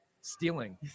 stealing